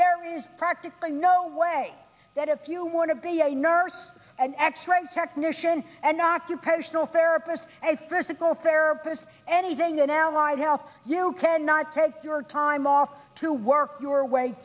there is practically no way that if you want to be a nurse x ray technician an occupational therapist a physical therapist anything in allied health you cannot take your time off to work your way